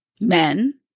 Men